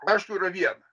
aišku yra viena